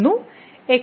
x 0 y 1